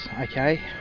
okay